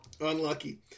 Unlucky